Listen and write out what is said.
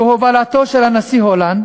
בהובלתו של הנשיא הולנד,